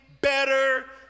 better